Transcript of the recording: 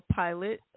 pilot